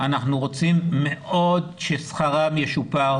אנחנו מאוד רצים ששכרן ישופר,